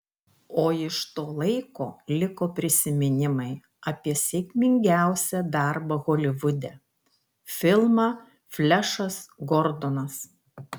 o iš to laiko liko prisiminimai apie sėkmingiausią darbą holivude filmą flešas gordonas